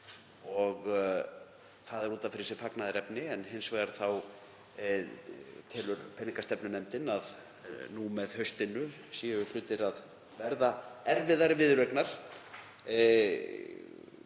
og það er út af fyrir sig fagnaðarefni. Hins vegar telur peningastefnunefndin að nú með haustinu séu hlutir að verða erfiðari viðureignar,